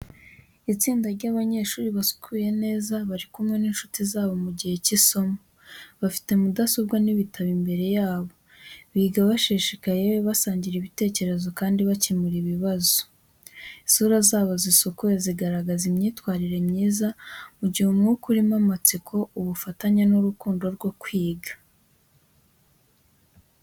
Itsinda ry’abanyeshuri basukuye neza bari kumwe n’inshuti zabo mu gihe cy’isomo. Bafite mudasobwa n’ibitabo imbere yabo, biga bishishikaye, basangira ibitekerezo kandi bakemura ibibazo. Isura zabo zisukuye zigaragaza imyitwarire myiza, mu gihe umwuka urimo amatsiko, ubufatanye n’urukundo rwo kwiga.